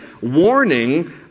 warning